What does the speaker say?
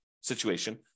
situation